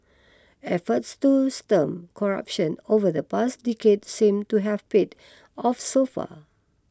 efforts to stem corruption over the past decade seem to have paid off so far